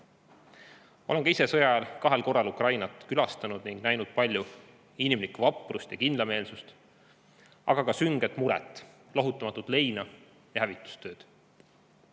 olen ka ise sõja ajal kahel korral Ukrainat külastanud ning näinud palju inimlikku vaprust ja kindlameelsust, aga ka sünget muret, lohutamatut leina ja hävitustööd.